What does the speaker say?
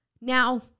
Now